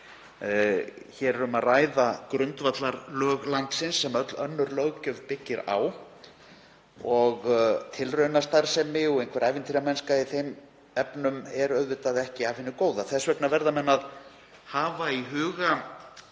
Hér er um að ræða grundvallarlög landsins sem öll önnur löggjöf byggist á og tilraunastarfsemi og ævintýramennska í þeim efnum er auðvitað ekki af hinu góða. Þess vegna verða menn að hafa í huga